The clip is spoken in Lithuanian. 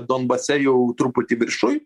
donbase jau truputį viršuj